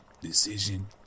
decision